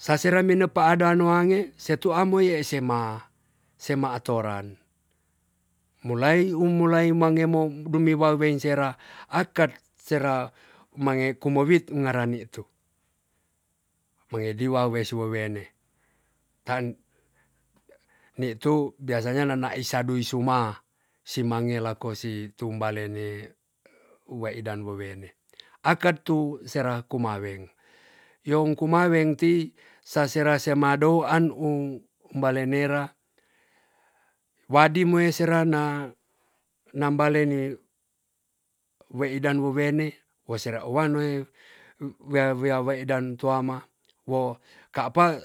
Sasera mendo pa ada noange se tua moi yai sema sema atoran mulaimu mulai mangemo dumi wawein sera akat sera mangeku mawit ngarani tu mangedi wawe si wawene tan nitu biasanya nanai sadui suma si mange lako si tumba lene weidan wewene akat tu sera kumaweng yong kumaweng ti sa sera sema dou an ung bale nera wadi moe sera na nambale ne we idan wowene wo sera a noe wia waedan tua ma wo kapa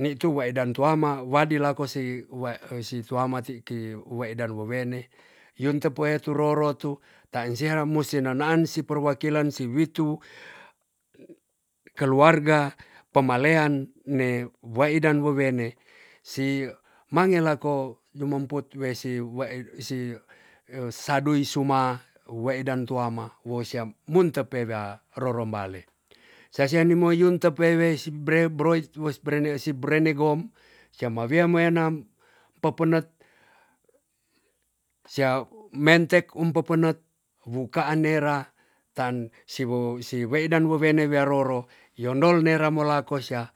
nitu waedan tuama wadi lako si wae si tuama ti ki waedan wowene yun tepue tyroro tu tan sera mu se nenaan si perwakilan si witu keluargga pemalean ne waidan wowene si mange lako dumomput we si sadui suma weidan tuama wo sia munte pe wea rorombale sasia ni mo yunto pe wei si bere broit wo si brene si brene gom sia ma wia ma yanam pepenet sia mentek um pepenet wuka nera tan si weidan wowene wia roro yondol dera mo lako sia